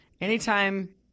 anytime